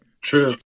True